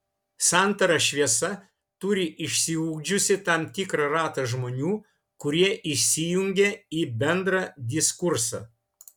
santara šviesa turi išsiugdžiusi tam tikrą ratą žmonių kurie įsijungia į bendrą diskursą